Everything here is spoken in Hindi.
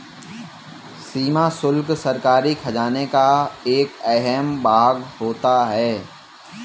सीमा शुल्क सरकारी खजाने का एक अहम भाग होता है